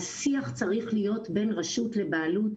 השיח צריך להיות בין רשות לבעלות.